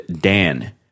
Dan